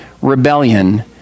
Rebellion